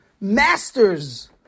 masters